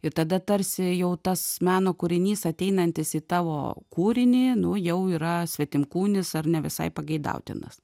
ir tada tarsi jau tas meno kūrinys ateinantis į tavo kūrinį nu jau yra svetimkūnis ar ne visai pageidautinas